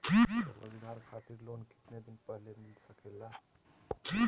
रोजगार खातिर लोन कितने दिन पहले मिलता सके ला?